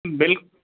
bill